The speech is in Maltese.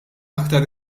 aktar